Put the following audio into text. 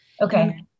okay